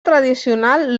tradicional